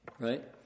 right